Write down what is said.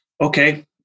okay